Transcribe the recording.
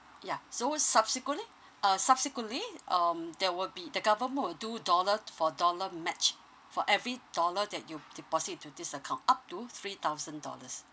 ya so subsequently uh subsequently um there will be the government will do dollar for dollar match for every dollar that you deposit into this account up to three thousand dollars